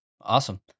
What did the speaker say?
Awesome